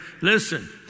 listen